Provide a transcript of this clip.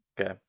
Okay